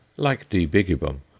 like d. bigibbum,